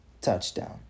touchdown